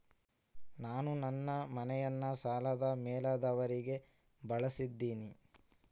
ನಾನು ನನ್ನ ಮನೆಯನ್ನ ಸಾಲದ ಮೇಲಾಧಾರವಾಗಿ ಬಳಸಿದ್ದಿನಿ